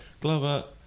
Glover